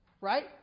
Right